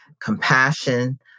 compassion